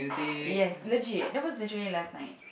yes legit that was literally last night